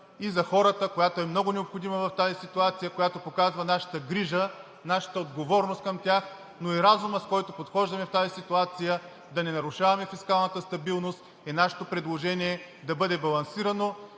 и за хората, която е много необходима в тази ситуация, която показва нашата грижа, нашата отговорност към тях, но и разумът, с който подхождаме в тази ситуация – да не нарушаваме фискалната стабилност, е нашето предложение да бъде балансирано